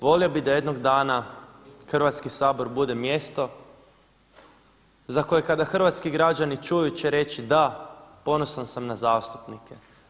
Volio bih da jednoga dana Hrvatski sabor bude mjesto za koje kada hrvatski građani čuju će reći da, ponosan sam na zastupnike.